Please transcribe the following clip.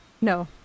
No